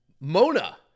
Mona